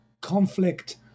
conflict